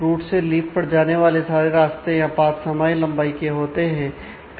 root से leaf पर जाने वाले सारे रास्ते या पाथ समान लंबाई के होते हैं